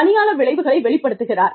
பணியாளர் விளைவுகளை வெளிப்படுத்துகிறார்